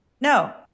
No